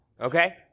okay